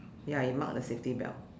ya you mark the safety belt